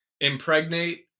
impregnate